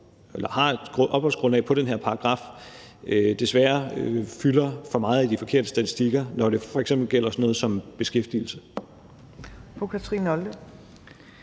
eller har et opholdsgrundlag på den her paragraf, desværre fylder for meget i de forkerte statistikker, når det f.eks. gælder sådan noget som beskæftigelse.